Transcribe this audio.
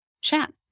chat